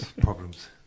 problems